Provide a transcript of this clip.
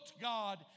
God